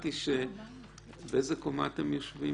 איפה אתם יושבים